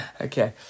Okay